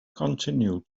continued